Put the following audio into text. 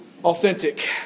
authentic